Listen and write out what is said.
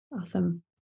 Awesome